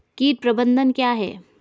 कीट प्रबंधन क्या है?